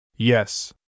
Yes